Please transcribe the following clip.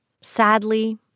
Sadly